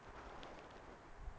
<Z <